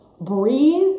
Breathe